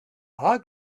our